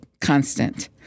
constant